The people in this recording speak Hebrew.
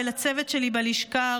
לצוות שלי בלשכה,